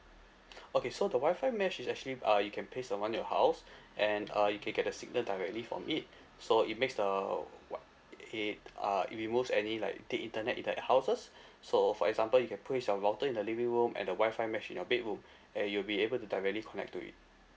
okay so the WI-FI mesh is actually uh it can place around your house and uh you can get the signal directly from it so it makes the it uh it removes any like dead internet in that houses so for example you can place your router in the living room and the WI-FI mesh in your bedroom and you'll be able to directly connect to it